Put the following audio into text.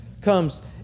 comes